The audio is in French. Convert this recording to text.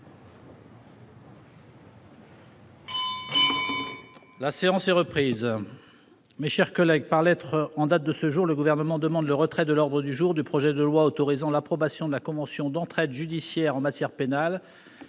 La séance est reprise. Mes chers collègues, par lettre en date de ce jour, le Gouvernement demande le retrait de l'ordre du jour du projet de loi autorisant l'approbation de la convention d'entraide judiciaire en matière pénale